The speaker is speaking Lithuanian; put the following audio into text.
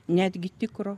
netgi tikro